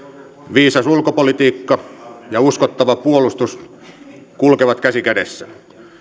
viisas ulkopolitiikka ja uskottava puolustus kulkevat käsi kädessä